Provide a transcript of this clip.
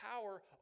power